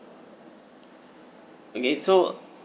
okay so